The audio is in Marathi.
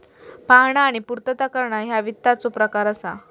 पाहणा आणि पूर्तता करणा ह्या वित्ताचो प्रकार असा